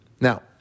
Now